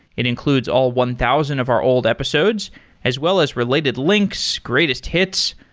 it includes all one thousand of our old episodes as well as related links, greatest hits,